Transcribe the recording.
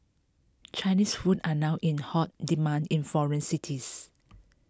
Chinese food are now in hot demand in foreign cities